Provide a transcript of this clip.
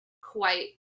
quite-